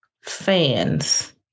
fans